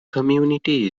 community